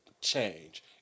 Change